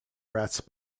rats